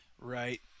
Right